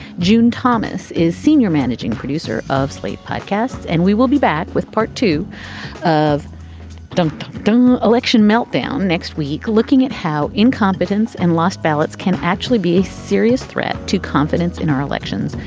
june thomas is senior managing producer of slate podcasts. and we will be back with part two of the um election meltdown next week, looking at how incompetence and lost ballots can actually be a serious threat to confidence in our elections.